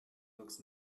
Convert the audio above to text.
looks